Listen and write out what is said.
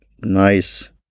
nice